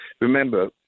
remember